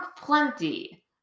plenty